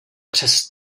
přes